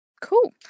Cool